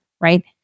right